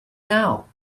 now